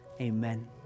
amen